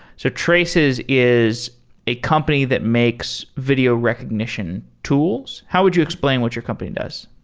so traces is a company that makes video recognition tools. how would you explain what your company does?